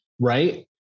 right